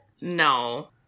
No